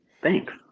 Thanks